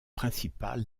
principal